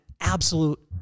absolute